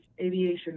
Aviation